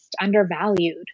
undervalued